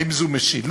האם זו משילות?